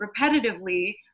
repetitively